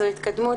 זו התקדמות,